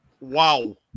Wow